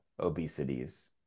obesities